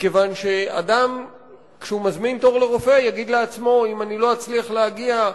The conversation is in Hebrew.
מכיוון שכשאדם מזמין תור לרופא הוא יגיד לעצמו: אם לא אצליח להגיע,